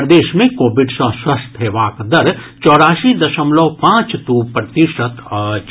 प्रदेश मे कोविड सँ स्वस्थ हेबाक दर चौरासी दशमलव पांच दू प्रतिशत अछि